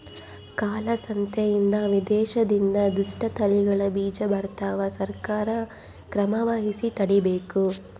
ಕಾಳ ಸಂತೆಯಿಂದ ವಿದೇಶದಿಂದ ದುಷ್ಟ ತಳಿಗಳ ಬೀಜ ಬರ್ತವ ಸರ್ಕಾರ ಕ್ರಮವಹಿಸಿ ತಡೀಬೇಕು